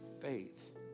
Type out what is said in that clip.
faith